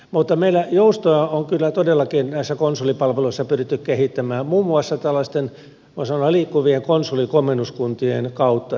mutta meillä joustoa on kyllä todellakin näissä konsulipalveluissa pyritty kehittämään muun muassa tällaisten voi sanoa liikkuvien konsulikomennuskuntien kautta